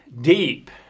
deep